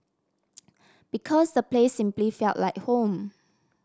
because the place simply felt like home